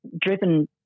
driven